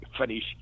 finish